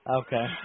Okay